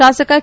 ಶಾಸಕ ಕೆ